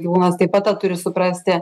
gyvūnas taip pat tą turi suprasti